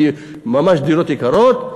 כי הדירות ממש יקרות,